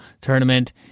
tournament